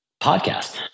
podcast